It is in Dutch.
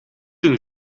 een